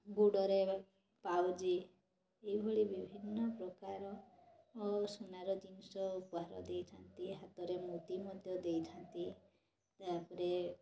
ଗୋଡ଼ରେ ପାଉଁଜି ଏଇଭଳି ବିଭିନ୍ନ ପ୍ରକାର ସୁନାର ଜିନିଷ ଭାର ଦେଇଥାଆନ୍ତି ହାତରେ ମୁଦି ମଧ୍ୟ ଦେଇଥାଆନ୍ତି ତା ପରେ